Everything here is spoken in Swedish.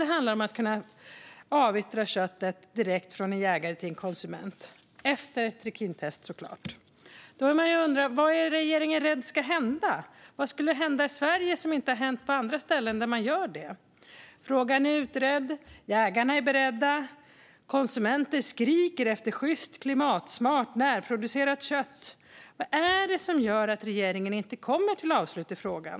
Det handlar om att kunna avyttra köttet direkt från en jägare till en konsument, efter ett trikintest såklart. Då undrar man: Vad är regeringen rädd för ska hända? Vad skulle hända i Sverige som inte har hänt på andra ställen, där man gör detta? Frågan är utredd. Jägarna är beredda. Konsumenter skriker efter sjyst, klimatsmart, närproducerat kött. Vad är det som gör att regeringen inte kommer till avslut i frågan?